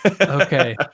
Okay